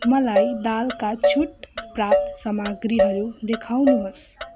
मलाई दालका छुटप्राप्त सामग्रीहरू देखाउनुहोस्